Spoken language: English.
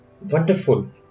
Wonderful